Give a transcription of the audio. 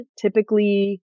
typically